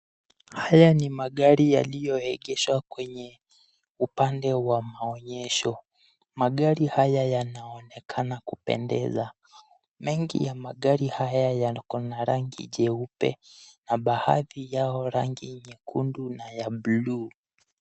Haya ni magari yaliyoegeshwa kwenye upande wa maonyesho. Magari haya yanaonekana kupendeza. Mengi ya magari haya yako na rangi nyeupe na baadhi yao rangi nyekundu na ya buluu.